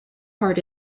heart